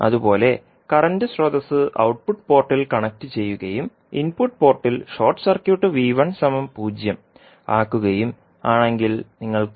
അതുപോലെ കറൻറ് സ്രോതസ്സ് ഔട്ട്പുട്ട് പോർട്ടിൽ കണക്റ്റുചെയ്യുകയും ഇൻപുട്ട് പോർട്ടിൽ ഷോർട്ട് സർക്യൂട്ട് 0 ആക്കുകയും ആണെങ്കിൽ നിങ്ങൾക്ക്